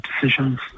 decisions